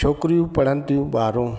छोकिरियूं पढ़नि थियूं ॿारहों